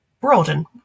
broaden